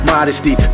Modesty